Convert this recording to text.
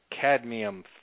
cadmium